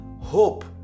Hope